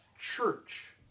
church